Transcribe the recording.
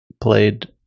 played